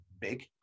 big